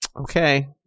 okay